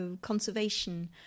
conservation